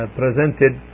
presented